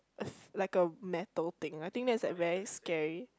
like a metal thing I think that's like very scary